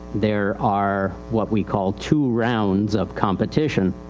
there are what we call two rounds of competition.